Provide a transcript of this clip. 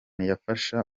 yafasha